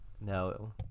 no